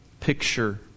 picture